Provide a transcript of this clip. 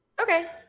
Okay